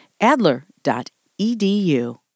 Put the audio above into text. Adler.edu